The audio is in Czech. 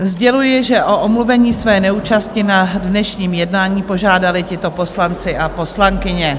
Sděluji, že o omluvení své neúčasti na dnešním jednání požádali tito poslanci a poslankyně.